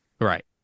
right